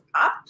up